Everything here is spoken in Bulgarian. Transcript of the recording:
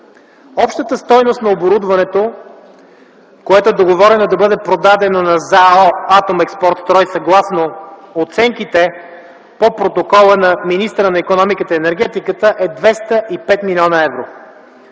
общата стойност на оборудването, което е договорено да бъде продадено на ЗАО „Атомекспортстрой”, съгласно оценките по протокола на министъра на икономиката и енергетиката, е 205 млн. евро.